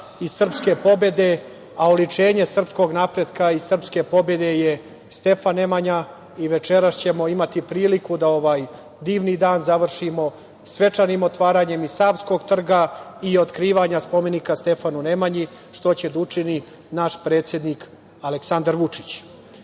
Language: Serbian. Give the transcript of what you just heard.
i srpske pobede, a oličenje srpskog napretka i srpske pobede je Stefan Nemanja. Večeras ćemo imati priliku da ovaj divni dan završimo svečanim otvaranjem i Savskog trga i otkrivanjem spomenika Stefanu Nemanju, što će da učini naš predsednik Aleksandar Vučić. Da